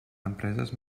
empreses